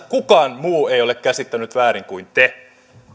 kukaan muu ei ole käsittänyt väärin kuin te